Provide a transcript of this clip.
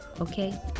Okay